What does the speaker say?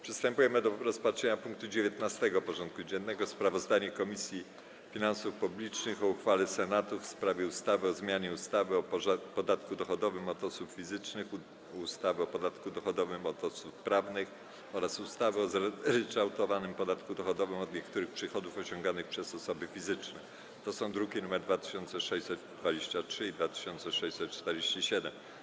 Przystępujemy do rozpatrzenia punktu 19. porządku dziennego: Sprawozdanie Komisji Finansów Publicznych o uchwale Senatu w sprawie ustawy o zmianie ustawy o podatku dochodowym od osób fizycznych, ustawy o podatku dochodowym od osób prawnych oraz ustawy o zryczałtowanym podatku dochodowym od niektórych przychodów osiąganych przez osoby fizyczne (druki nr 2623 i 2647)